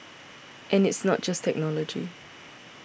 and it's not just technology